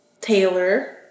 Taylor